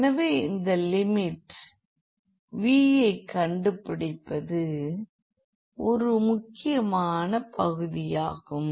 எனவே இந்த limit V ஐ கண்டுப்பிடிப்பது ஒரு முக்கியமான பகுதியாகும்